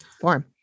form